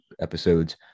episodes